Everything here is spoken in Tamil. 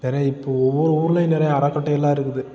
நிறையா இப்போது ஒவ்வொரு ஊர்லேயும் நிறையா அறக்கட்டளையெல்லாம் இருக்குது